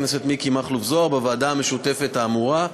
הכנסת מכלוף מיקי זוהר בוועדה המשותפת האמורה,